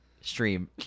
stream